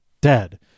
dead